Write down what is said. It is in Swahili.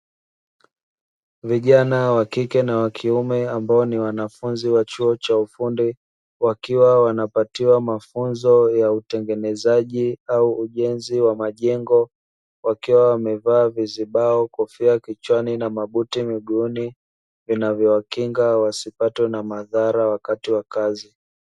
Vijana wa kike na wa kiume ambao ni wanafunzi wa chuo cha ufundi wakiwa wanapatiwa mafunzo ya utengenezaji au ujenzi wa majengo wakiwa wamevaa vizibao, kofia kichwani na mabuti miguuni vinavyowakinga wasipatwe na madhara wakati wa kazi.